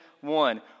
One